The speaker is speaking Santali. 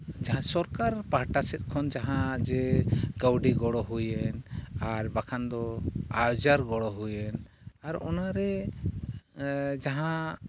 ᱡᱟᱦᱟᱸ ᱥᱚᱨᱠᱟᱨ ᱯᱟᱦᱚᱴᱟ ᱥᱮᱫᱠᱷᱚᱱ ᱡᱟᱦᱟᱸ ᱡᱮ ᱠᱟᱹᱣᱰᱤ ᱜᱚᱲᱚ ᱦᱩᱭᱮᱱ ᱟᱨ ᱵᱟᱠᱷᱟᱱ ᱫᱚ ᱟᱨᱡᱟᱨ ᱜᱚᱲᱚ ᱦᱩᱭᱮᱱ ᱟᱨ ᱚᱱᱟᱨᱮ ᱡᱟᱦᱟᱸ